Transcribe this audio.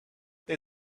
they